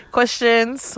Questions